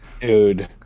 Dude